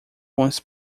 bons